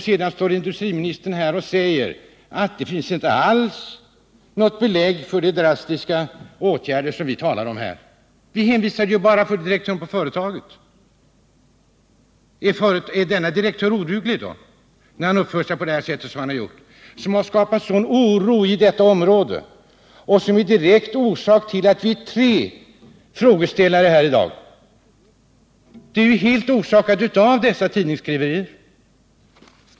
Sedan står industriministern här och säger att det inte alls finns något belägg för de drastiska åtgärder vi talar om. Vi hänvisar bara till direktören för företaget. Är denne direktör oduglig när han uppför sig på det sätt han har gjort, något som skapat sådan oro i detta område och som är den direkta orsaken till att vi i dag är tre frågeställare i detta ärende här i kammaren? Våra frågor har helt orsakats av dessa tidningsuppgifter.